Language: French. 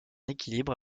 équilibre